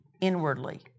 inwardly